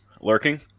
Lurking